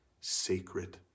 sacred